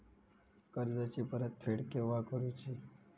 कर्जाची परत फेड केव्हा करुची?